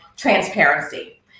Transparency